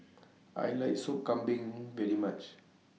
I like Sop Kambing very much